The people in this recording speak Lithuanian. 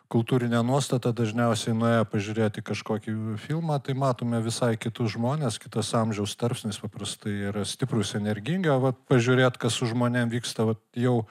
kultūrinė nuostata dažniausiai nuėjo pažiūrėti kažkokį filmą tai matome visai kitus žmones kitas amžiaus tarpsnis paprastai yra stiprūs energingi o vat pažiūrėt kas su žmonėm vyksta vat jau